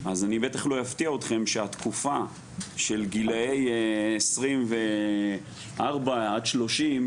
אז אני בטח לא אפתיע אתכם שהתקופה של גילאי 24 עד 30,